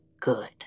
Good